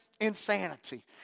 insanity